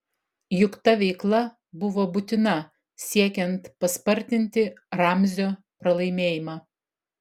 juk ta veikla buvo būtina siekiant paspartinti ramzio pralaimėjimą